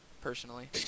personally